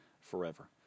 forever